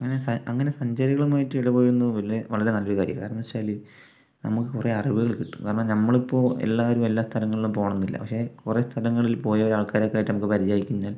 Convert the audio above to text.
അങ്ങനെ സഞ്ചരികളുമായിട്ട് ഇടപഴകുന്നത് വളരെ വളരെ നല്ല കാര്യം ആണ് കാരണം എന്താണെന്ന് വെച്ചാല് നമുക്ക് കുറേ അറിവുകള് കിട്ടും കാരണം നമ്മളിപ്പൊ എല്ലാവരും എല്ലാ സ്ഥലങ്ങളിലും പോകണം എന്നില്ല പക്ഷേ കുറേ സ്ഥലങ്ങളിൽ പോയ ആൾക്കാരൊക്കെയായിട്ട് നമുക്ക് പരിചയമായിക്കഴിഞ്ഞാൽ